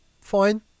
Fine